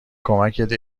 کمکت